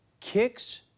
kicks